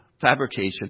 fabrication